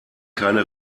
keine